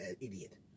idiot